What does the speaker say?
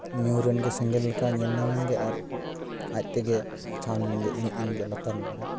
ᱧᱩᱨ ᱮᱱᱜᱮ ᱥᱮᱸᱜᱮᱞ ᱞᱮᱠᱟ ᱧᱮᱞ ᱧᱟᱢ ᱮᱱᱜᱮ ᱟᱨ ᱟᱡ ᱛᱮᱜᱮ ᱪᱷᱟᱱ ᱮᱱᱜᱮ ᱤᱲᱤᱡ ᱮᱱᱜᱮ ᱞᱟᱛᱟᱨ ᱧᱚᱜ ᱨᱮ